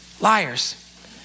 liars